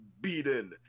beaten